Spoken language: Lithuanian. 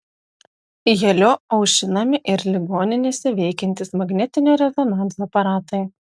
heliu aušinami ir ligoninėse veikiantys magnetinio rezonanso aparatai